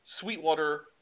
Sweetwater